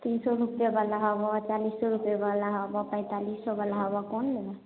तीसो रूपये बला हवऽ चालीसो रूपये बला हवऽ पैंतालिसो बला हवऽ कोन लेबै